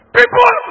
people